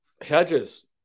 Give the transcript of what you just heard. Hedges